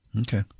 Okay